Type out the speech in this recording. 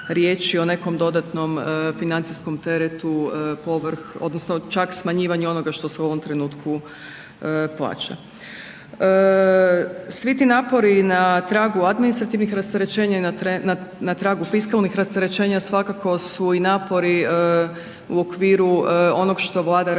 o nekom dodatnom financijskom teretu povrh odnosno čak smanjivanje onoga što se u ovom trenutku plaća. Svi ti napori na tragu administrativnih rasterećenja i na tragu fiskalnih rasterećenja, svakako su i napori u okviru onog što Vlada radi